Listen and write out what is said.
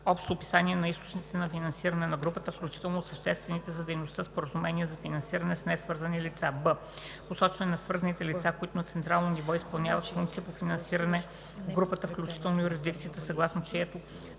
общо описание на източниците на финансиране на групата, включително съществените за дейността споразумения за финансиране с несвързани лица; б) посочване на свързаните лица, които на централно ниво изпълняват функция по финансиране в групата, включително юрисдикцията, съгласно чието